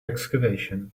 excavation